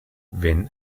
wenn